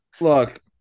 Look